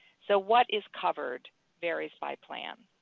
so what is covered varies by plan.